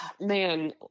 man